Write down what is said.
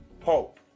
hope